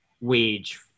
wage